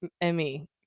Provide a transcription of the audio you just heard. emmy